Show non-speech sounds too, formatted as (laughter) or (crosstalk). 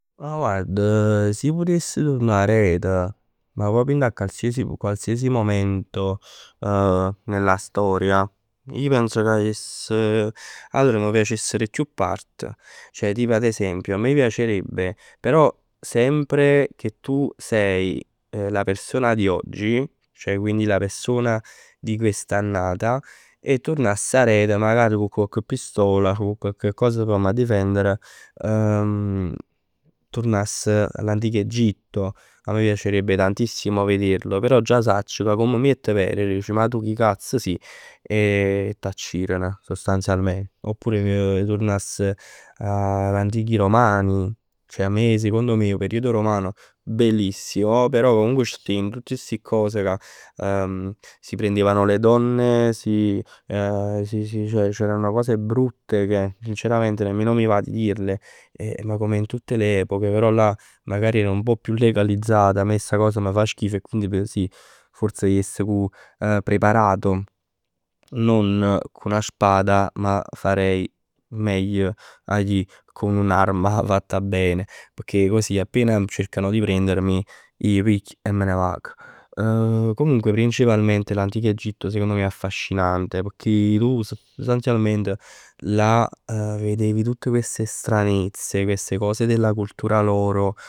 Ma proprio dint a qualsiasi momento della storia ij pens ca m' piacess. Allora m' piacessero chiù part, ceh tipo ad esempio a me piacerebbe, però sempre, che tu sei la persona di oggi. Ceh quindi la persona di quest'annata. E turnass aret cu cocche pistola, cu cocche cosa p' m' difendere. (hesitation) Turnass a l'antico Egitto. A me m' piacess tantissimo vederlo. Però già sacc ca come miett per, diceno ma tu chi cazz si e t'acciren. Sostanzialment. Oppure ij turnass a l'antichi romani. Ceh a me, secondo me 'o periodo romano bellissimo, però tien tutt sti cos che si prendevano le donne, si (hesitation) si si, (hesitation) c'erano cose brutte che sinceramente nemmeno mi va di dirle, ma come in tutte le epoche. Però là magari erano un pò più legalizzate e a me sta cosa m' fa schif e forse jess preparato, no cu 'na spada, ma farei meglio a ji con un'arma fatta bene. Perchè così appena cercano di prendermi ij pigl e me ne vag. Comunque principalmente l'antico Egitto secondo me è affascinante. Pecchè tu sostanzialmente là vedevi tutte queste stranezze, queste cose della cultura loro